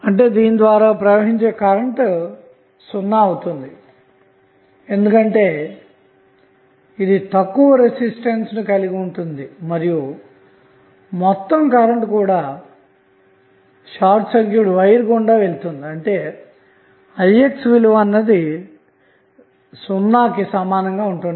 కాబట్టి దీని ద్వారా ప్రవహించే కరెంట్ '0' అవుతుంది ఎందుకంటే ఇది తక్కువ రెసిస్టెన్స్ ను కలిగి ఉంటుంది మరియు మొత్తం కరెంట్ కూడా షార్ట్ సర్క్యూట్ వైర్ గుండా వెళుతుంది అంటే ix విలువ '0' కి సమానంగా ఉంటుంది